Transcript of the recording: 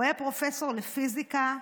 הוא היה פרופסור לפיזיקה,